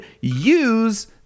use